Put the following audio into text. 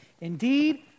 Indeed